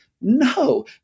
no